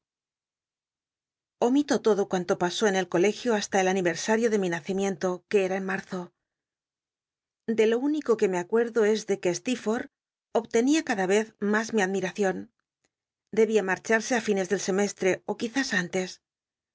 omito lodo cuanto pasó en el olegio basta el ani ersario de mi nacimiento que era en marzo de lo único que me acuerdo es de que steerforlb oblenia cada vez mas mi admiracion debía marcharse á flnes d l semestre ó quizás antes